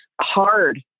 hard